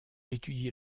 étudié